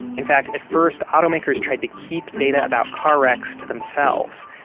in fact, at first automakers tried to keep data about car wrecks to themselves.